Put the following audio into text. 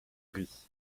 riz